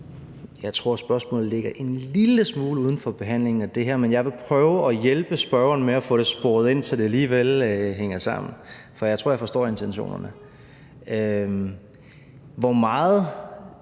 Jeg tror, at spørgsmålet ligger en lille smule uden for behandlingen af det her, men jeg vil prøve at hjælpe spørgeren med at få det sporet ind, så det alligevel hænger sammen, for jeg tror, jeg forstår intentionerne. Hvor meget